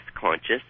conscious